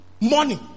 money